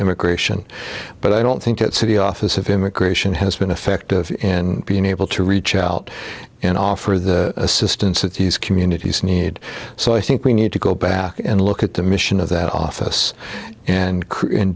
immigration but i don't think that city office of immigration has been effective in being able to reach out and offer the assistance that these communities need so i think we need to go back and look at the mission of that office and